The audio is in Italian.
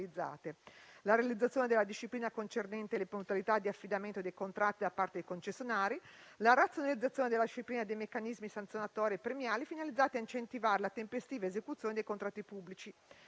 la realizzazione della disciplina concernente le modalità di affidamento dei contratti da parte dei concessionari; la razionalizzazione della disciplina dei meccanismi sanzionatori e premiali, finalizzata a incentivare la tempestiva esecuzione dei contratti pubblici